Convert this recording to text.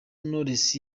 knowless